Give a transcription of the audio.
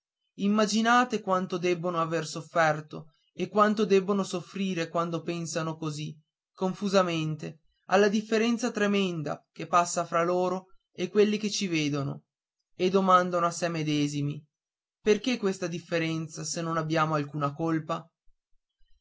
immaginate quanto debbono aver sofferto e quanto debbono soffrire quando pensano così confusamente alla differenza tremenda che passa fra loro e quelli che ci vedono e domandano a sé medesimi perché questa differenza se non abbiamo alcuna colpa